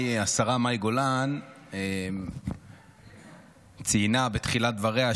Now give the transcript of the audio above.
השרה מאי גולן ציינה בתחילת דבריה,